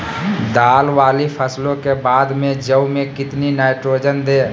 दाल वाली फसलों के बाद में जौ में कितनी नाइट्रोजन दें?